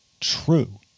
true